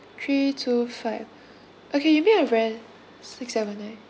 three two five okay you make a re~ six seven nine